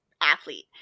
athlete